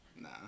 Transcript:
Nah